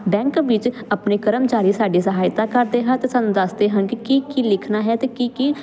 bank ਵਿੱਚ ਆਪਣੇ ਕਰਮਚਾਰੀ ਸਾਡੀ ਸਹਾਇਤਾ ਕਰਦੇ ਹਨ ਅਤੇ ਸਾਨੂੰ ਦੱਸਦੇ ਹਨ ਕਿ ਕੀ ਕੀ ਲਿਖਣਾ ਹੈ ਅਤੇ ਕੀ ਕੀ